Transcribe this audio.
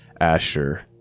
Asher